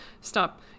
Stop